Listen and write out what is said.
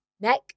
neck